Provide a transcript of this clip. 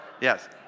Yes